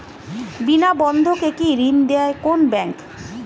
বিনা বন্ধক কে ঋণ দেয় কোন ব্যাংক?